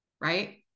right